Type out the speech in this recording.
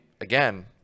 again